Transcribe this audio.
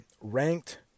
Ranked